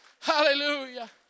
Hallelujah